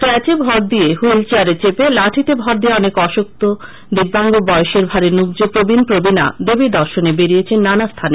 ক্রাচ্যে ভর দিয়ে হুইল চেয়ারে চেপে লাঠিতে ভর দিয়ে অনেক অশক্ত দিব্যাঙ্গ বয়সের ভারে ন্যুব্ধ প্রবীন প্রবীনা দেবীদর্শনে বেরিয়েছেন নানাস্থানে